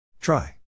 Try